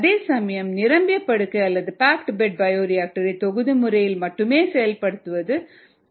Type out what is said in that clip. அதேசமயம் நிரம்பிய படுக்கை அல்லது பாக்டு பெட் பயோரியாக்டர் ஐ தொகுதி முறையில் மட்டுமே செயல்படுவது இது கடினமான செயலாகும்